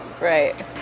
Right